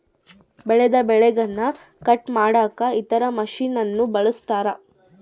ಬೆಳೆದ ಬೆಳೆಗನ್ನ ಕಟ್ ಮಾಡಕ ಇತರ ಮಷಿನನ್ನು ಬಳಸ್ತಾರ